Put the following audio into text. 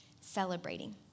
celebrating